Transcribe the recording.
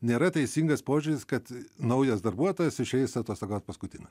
nėra teisingas požiūris kad naujas darbuotojas išeis atostogaut paskutinis